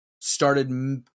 started